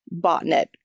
botnet